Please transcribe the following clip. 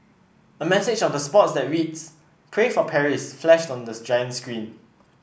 a message of the support that reads Pray for Paris flashed on the giant screen